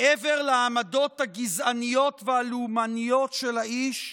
מעבר לעמדות הגזעניות והלאומניות של האיש,